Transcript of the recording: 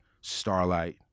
Starlight